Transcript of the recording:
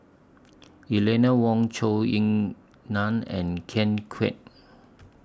Eleanor Wong Zhou Ying NAN and Ken Kwek